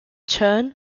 turn